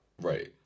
Right